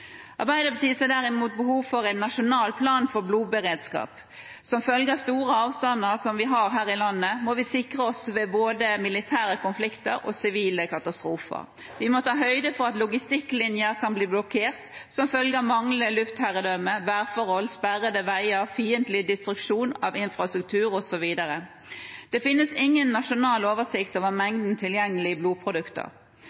Arbeiderpartiet støtter ikke forslaget om å etablere et nasjonalt system, men ser derimot behov for en nasjonal plan for blodberedskap. Som følge av de store avstandene som vi har her i landet, må vi sikre oss ved både militære konflikter og sivile katastrofer. Vi må ta høyde for at logistikklinjer kan bli blokkert som følge av manglende luftherredømme, værforhold, sperrede veier, fiendtlig destruksjon av infrastruktur osv. Det finnes ingen nasjonal oversikt over